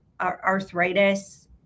arthritis